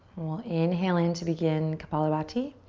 we'll inhale into begin kapalabhati.